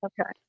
Okay